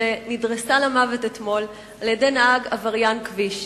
שנדרסה למוות אתמול, על-ידי נהג עבריין כביש.